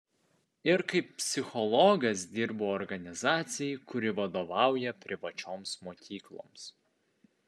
ir kaip psichologas dirbu organizacijai kuri vadovauja privačioms mokykloms